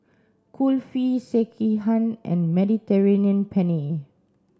Kulfi Sekihan and Mediterranean Penne